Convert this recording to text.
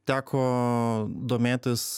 teko domėtis